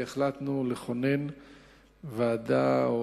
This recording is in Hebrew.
והחלטנו לכונן צוות